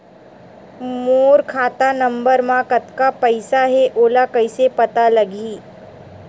मोर खाता नंबर मा कतका पईसा हे ओला कइसे पता लगी?